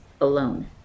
alone